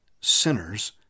sinners